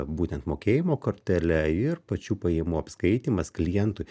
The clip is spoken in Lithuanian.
būtent mokėjimo kortele ir pačių pajamų apskaitymas klientui